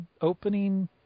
opening